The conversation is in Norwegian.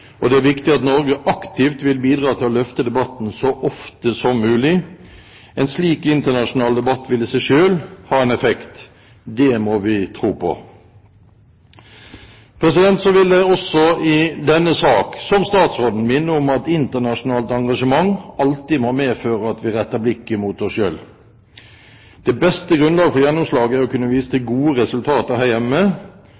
og det er viktig at Norge aktivt vil bidra til å løfte debatten så ofte som mulig. En slik internasjonal debatt vil i seg selv ha en effekt – det må vi tro på. Så vil jeg også i denne sak – som statsråden – minne om at internasjonalt engasjement alltid må medføre at vi retter blikket mot oss selv. Det beste grunnlaget for gjennomslag er å kunne vise til